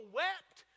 wept